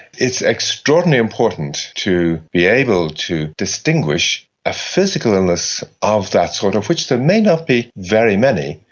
it's extraordinarily important to be able to distinguish a physical illness of that sort, of which there may not be very many,